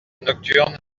nocturne